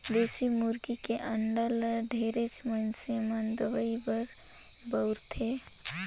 देसी मुरगी के अंडा ल ढेरेच मइनसे मन दवई बर बउरथे